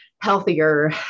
healthier